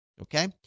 Okay